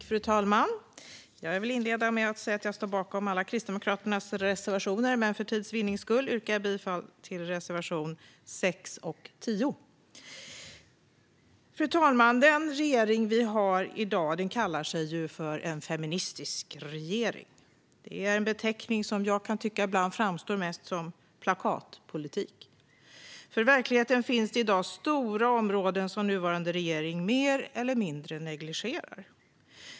Fru talman! Jag vill inleda med att säga att jag står bakom alla reservationer från Kristdemokraterna, men för tids vinnande yrkar jag bifall till reservationerna 6 och 10. Fru talman! Den regering vi har i dag kallar sig för en "feministisk regering". Det är en beteckning som för mig mest framstår som plakatpolitik. I verkligheten finns i dag stora områden som nuvarande regering mer eller mindre negligerar.